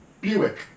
Buick